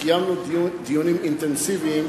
וקיימנו דיונים אינטנסיביים,